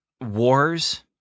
Wars